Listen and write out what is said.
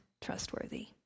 trustworthy